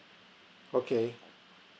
okay